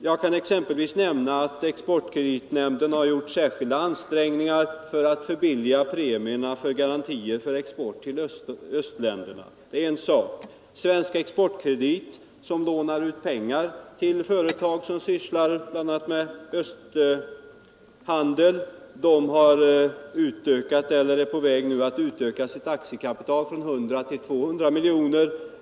Jag kan som exempel nämna att exportkreditnämnden har gjort särskilda ansträngningar för att förbilliga premierna för garantier vid export till östländerna. Vidare är Svensk exportkredit, som lånar ut pengar till företag som sysslar med bl.a. öststatshandel, nu på väg att utöka sitt aktiekapital från 100 till 200 miljoner kronor.